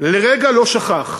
לרגע לא שכח.